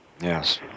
Yes